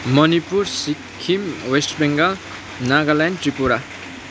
Manipur Sikkim west Bengal Nagaland Tripura